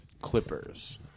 Clippers